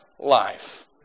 life